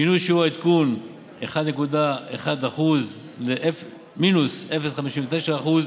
שינוי שיעור העדכון מ-1.1% למינוס 0.59%